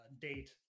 date